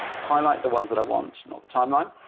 highlight the ones that i want, not the timeline,